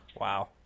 Wow